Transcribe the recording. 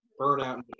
burnout